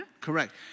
Correct